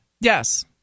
Yes